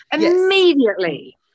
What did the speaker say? Immediately